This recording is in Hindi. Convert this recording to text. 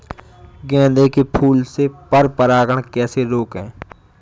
गेंदे के फूल से पर परागण कैसे रोकें?